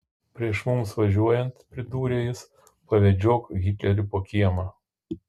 prieš mums važiuojant pridūrė jis pavedžiok hitlerį po kiemą